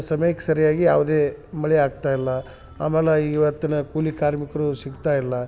ಸಮಯಕ್ಕೆ ಸರಿಯಾಗಿ ಯಾವುದೇ ಮಳಿಯಾಗ್ತಾ ಇಲ್ಲ ಆಮೇಲೆ ಇವತ್ತಿನ ಕೂಲಿ ಕಾರ್ಮಿಕರು ಸಿಗ್ತಾ ಇಲ್ಲ